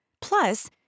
Plus